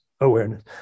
awareness